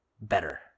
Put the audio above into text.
better